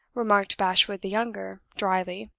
remarked bashwood the younger, dryly.